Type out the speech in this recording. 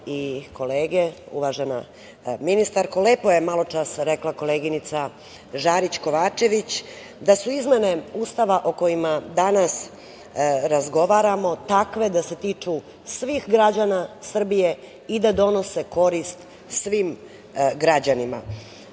i kolege, uvažena ministarko, lepo je malo čas rekla koleginica Žarić Kovačević, da su izmene Ustava o kojima danas razgovaramo takve da se tiču svih građana Srbije i da donose korist svim građanima.